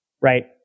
right